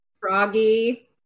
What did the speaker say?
Froggy